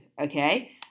okay